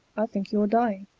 i think you're dying.